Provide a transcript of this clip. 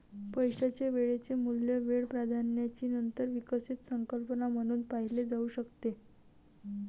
पैशाचे वेळेचे मूल्य वेळ प्राधान्याची नंतर विकसित संकल्पना म्हणून पाहिले जाऊ शकते